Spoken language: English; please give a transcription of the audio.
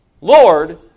Lord